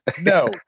no